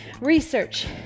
research